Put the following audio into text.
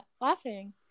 laughing